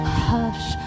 hush